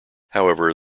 however